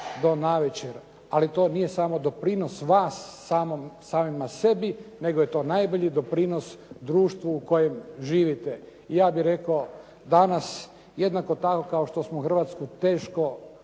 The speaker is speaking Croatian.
do navečer. Ali to nije samo doprinos vas samima sebi, nego je to najbolji doprinos društvu u kojem živite. I ja bih rekao, danas jednako tako kao što smo Hrvatsku teško